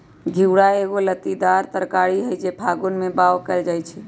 घिउरा एगो लत्तीदार तरकारी हई जे फागुन में बाओ कएल जाइ छइ